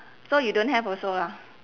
so you don't have also lah